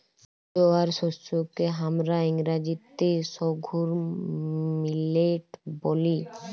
জয়ার শস্যকে হামরা ইংরাজিতে সর্ঘুম মিলেট ব্যলি